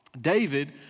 David